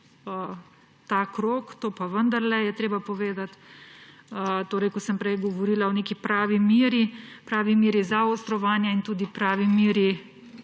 ta krog, to pa je vendarle treba povedati. Ko sem prej govorila o neki pravi meri, pravi meri zaostrovanja in tudi pravi meri